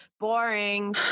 Boring